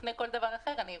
לפני כל דבר אחר אני ירושלמית.